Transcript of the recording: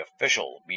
official